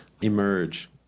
emerge